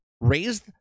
raised